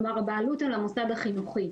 כלומר הבעלות על המוסד החינוכי.